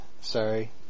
Sorry